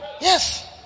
Yes